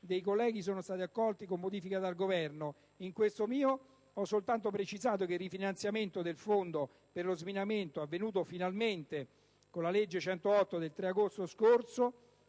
dei colleghi sono stati accolti con modifica dal Governo. In questo da me presentato ho soltanto precisato che il rifinanziamento del Fondo per lo sminamento, avvenuto finalmente con la legge n. 108 del 3 agosto scorso